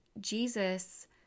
Jesus